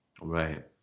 Right